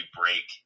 break